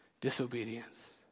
disobedience